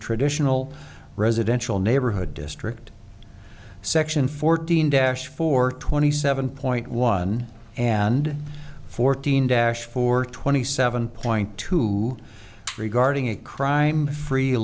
traditional residential neighborhood district section fourteen dash for twenty seven point one and fourteen dash for twenty seven point two regarding a crime free